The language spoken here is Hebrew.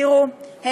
תראו,